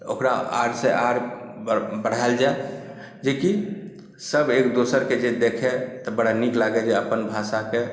ओकरा आओरसे आओर बढ़ाओल जए जेकि सभएक दोसरके जे देखै तऽ बड़ा निक लागय जे अपन भाषा कए